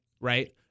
Right